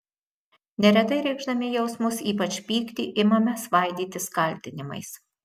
neretai reikšdami jausmus ypač pyktį imame svaidytis kaltinimais